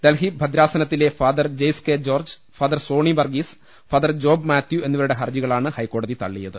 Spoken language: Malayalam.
ഡൽഹി ഭദ്രാസനത്തിലെ father Jaise K George father Soni Varghese father Job Mathew എന്നിവരുടെ ഹർജികളാണ് ഹൈക്കാടതി തളളി യത്